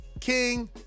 King